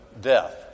death